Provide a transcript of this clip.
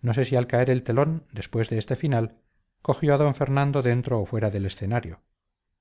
no sé si al caer el telón después de este final cogió a d fernando dentro o fuera del escenario